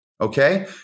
Okay